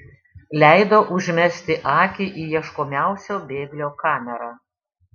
leido užmesti akį į ieškomiausio bėglio kamerą